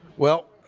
well